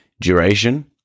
Duration